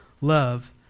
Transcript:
Love